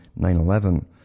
9-11